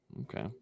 okay